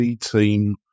team